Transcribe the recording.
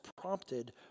prompted